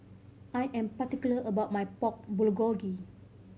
I am particular about my Pork Bulgogi